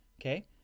okay